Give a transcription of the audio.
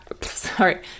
sorry